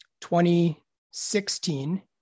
2016